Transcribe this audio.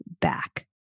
back